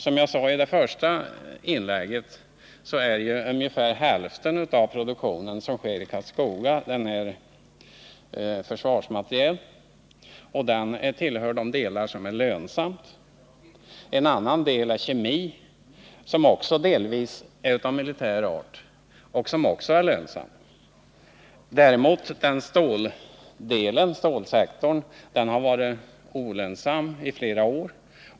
Som jag sade i mitt första inlägg består ungefär hälften av produktionen i Karlskoga av försvarsmateriel. Denna produktion tillhör de delar som är lönsamma. En annan del är kemidelen som också delvis är av militär art och som även den är lönsam. Stålsektorn däremot har varit olönsam i flera år.